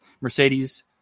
Mercedes